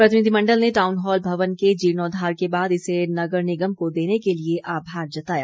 प्रतिनिधिमण्डल ने town hall भवन के जीर्णोद्वार के बाद इसे नगर निगम को देने के लिए आभार जताया